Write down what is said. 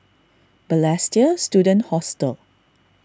Balestier Student Hostel